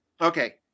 okay